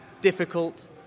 difficult